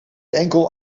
enkel